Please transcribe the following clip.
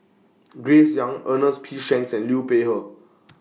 Grace Young Ernest P Shanks and Liu Peihe